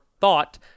thought